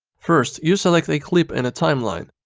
first you select a clip in a timeline,